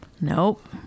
Nope